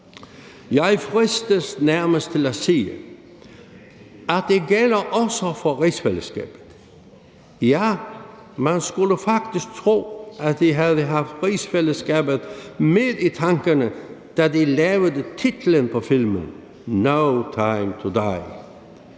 Jeg fristes nærmest til at sige, at det også gælder for rigsfællesskabet. Ja, man skulle faktisk tro, at de havde haft rigsfællesskabet med i tankerne, da de lavede titlen på filmen »No Time to Die«.